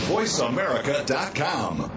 VoiceAmerica.com